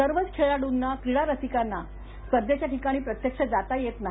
सर्वच खेळाड़ंना क्रिडारसिकांना स्पर्धेच्या ठिकाणी प्रत्यक्ष जाता येत नाही